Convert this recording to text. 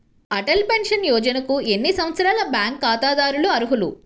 Atal pension యోజనకు ఎన్ని సంవత్సరాల బ్యాంక్ ఖాతాదారులు అర్హులు?